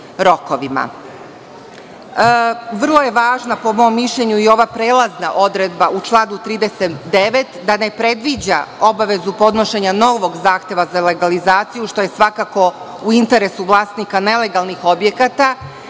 je važna, po mom mišljenju, i ova prelazna odredba u članu 39. da ne predviđa obavezu podnošenja novog zahteva za legalizaciju, što je svakako u interesu vlasnika nelegalnih objekata,